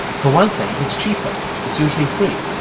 for one thing, it's cheaper. it's usually free.